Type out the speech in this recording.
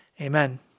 amen